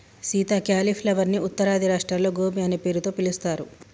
Sita cauliflower ని ఉత్తరాది రాష్ట్రాల్లో గోబీ అనే పేరుతో పిలుస్తారు